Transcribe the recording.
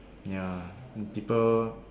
ya people